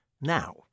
now